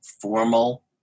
formal